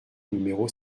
numéro